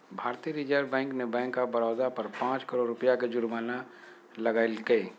भारतीय reserve bank ने bank of Baroda पर पांच करोड़ रुपया के जुर्माना लगैलके